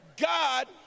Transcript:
God